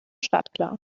startklar